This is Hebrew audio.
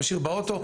משאיר באוטו.